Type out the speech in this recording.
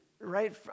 right